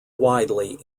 widely